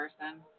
person